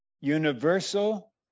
universal